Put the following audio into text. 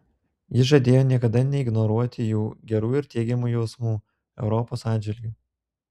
jis žadėjo niekada neignoruoti jų gerų ir teigiamų jausmų europos atžvilgiu